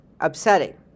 upsetting